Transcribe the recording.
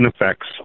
effects